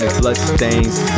bloodstains